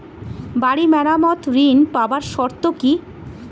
বাড়ি মেরামত ঋন পাবার শর্ত কি?